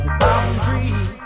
boundaries